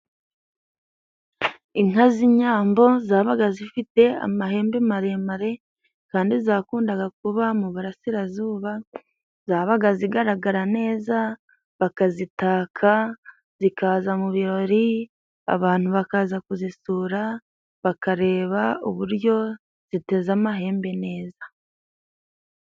Inka z'inyambo zabaga zifite amahembe maremare kandi zakundaga kuba mu burasirazuba. Zabaga zigaragara neza bakazitaka zikaza mu birori, abantu bakaza kuzisura bakareba uburyo ziteze amahembe neza.